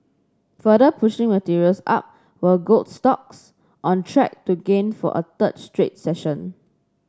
further pushing materials up were gold stocks on track to gain for a third straight session